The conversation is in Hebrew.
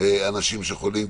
אנשים חולים.